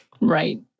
Right